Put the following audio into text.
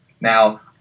Now